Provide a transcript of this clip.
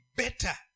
better